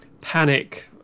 panic